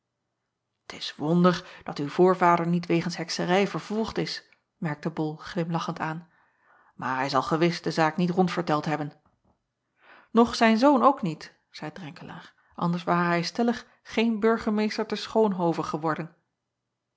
t s wonder dat uw voorvader niet wegens hekserij vervolgd is merkte ol glimlachend aan maar hij zal gewis de zaak niet rondverteld hebben och zijn zoon ook niet zeî renkelaer anders ware hij stellig geen urgemeester te choonhoven geworden